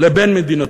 לבין מדינתם.